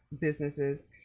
businesses